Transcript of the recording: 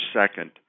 second